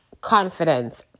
confidence